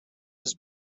his